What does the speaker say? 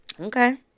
Okay